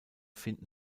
finden